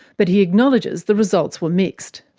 but he acknowledges the results were mixed.